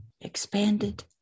expanded